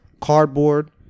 cardboard